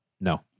No